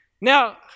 Now